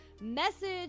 message